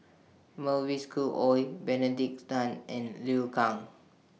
Mavis Khoo Oei Benedict Tan and Liu Kang